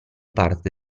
parte